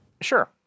Sure